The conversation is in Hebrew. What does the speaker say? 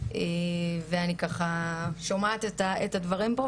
ואני ככה שומעת את הדברים פה,